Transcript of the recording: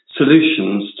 solutions